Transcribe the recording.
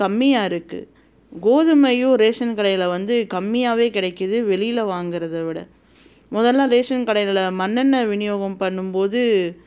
கம்மியாருக்குது கோதுமையும் ரேஷன் கடையில் வந்து கம்மியாவே கிடைக்கிது வெளியில் வாங்கிறத விட முதல்ல ரேஷன் கடையில் மண்ணெண்ணய் விநியோகம் பண்ணும் போது